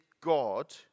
God